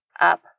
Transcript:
up